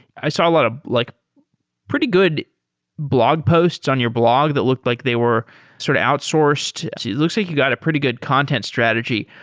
i saw a lot of ah like pretty good blog posts on your blog that looked like they were sort of outsourced. it looks like you got a pretty good content strategy.